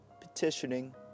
petitioning